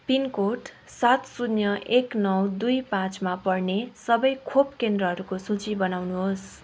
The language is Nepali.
पिनकोड सात शून्य एक नौ दुई पाँचमा पर्ने सबै खोप केन्द्रहरूको सूची बनाउनुहोस्